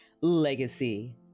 Legacy